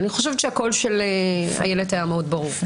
אני חושבת שהקול של איילת היה מאוד ברור.